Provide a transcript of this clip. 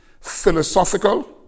philosophical